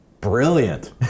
Brilliant